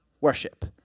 worship